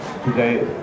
today